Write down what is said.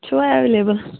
چھُوا ایٚولیبٕل